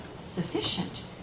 sufficient